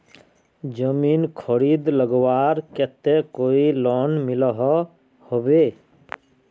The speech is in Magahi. जमीन खरीद लगवार केते कोई लोन मिलोहो होबे?